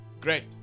Great